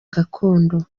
gakondo